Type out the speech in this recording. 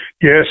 Yes